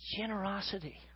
Generosity